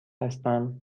هستم